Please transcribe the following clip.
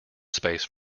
space